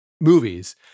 movies